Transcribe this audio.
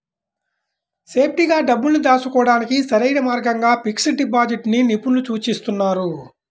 సేఫ్టీగా డబ్బుల్ని దాచుకోడానికి సరైన మార్గంగా ఫిక్స్డ్ డిపాజిట్ ని నిపుణులు సూచిస్తున్నారు